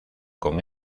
con